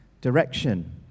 direction